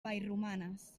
vallromanes